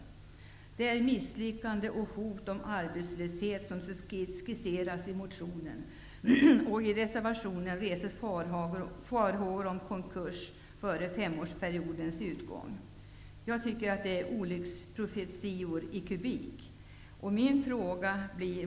I motionen skisseras misslyckanden och hot om arbetslöshet, och i reservationen reses farhågor om konkurs innan femårsperiodens utgång. Det är fråga om olycksprofetior i kubik.